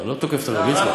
אתה לא תוקף את הרב ליצמן.